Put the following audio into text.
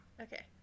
Okay